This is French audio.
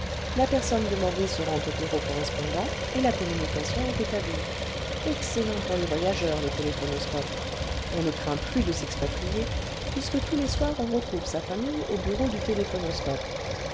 la personne demandée se rend au bureau correspondant et la communication est établie excellent pour les voyageurs le téléphonoscope on ne craint plus de s'expatrier puisque tous les soirs on retrouve sa famille au bureau du